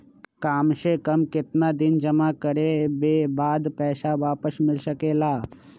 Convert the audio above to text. काम से कम केतना दिन जमा करें बे बाद पैसा वापस मिल सकेला?